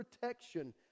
protection